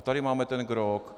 Tady máme ten grog.